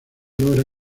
logra